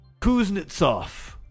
Kuznetsov